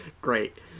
Great